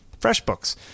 FreshBooks